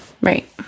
Right